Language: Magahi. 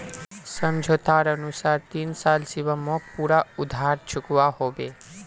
समझोतार अनुसार तीन साल शिवम मोक पूरा उधार चुकवा होबे